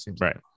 Right